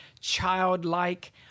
childlike